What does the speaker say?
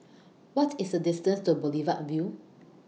What IS The distance to Boulevard Vue